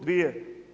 Dvije?